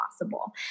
possible